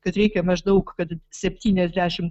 kad reikia maždaug kad septyniasdešimt